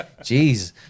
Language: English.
jeez